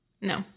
No